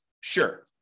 Sure